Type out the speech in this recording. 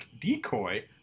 decoy